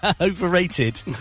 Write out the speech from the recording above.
overrated